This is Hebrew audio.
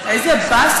רק 40. איזה באסה,